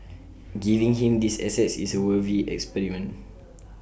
giving him these assets is A worthy experiment